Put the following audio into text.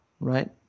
right